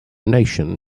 nation